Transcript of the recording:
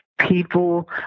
People